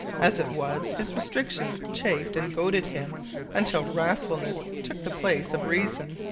as it was, his restrictions chafed and goaded him until wrathfulness took the place of reason.